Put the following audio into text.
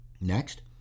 Next